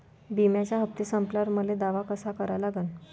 बिम्याचे हप्ते संपल्यावर मले दावा कसा करा लागन?